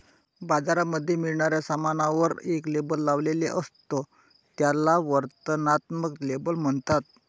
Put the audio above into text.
बाजारामध्ये मिळणाऱ्या सामानावर एक लेबल लावलेले असत, त्याला वर्णनात्मक लेबल म्हणतात